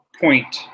point